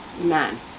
man